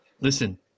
listen